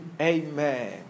Amen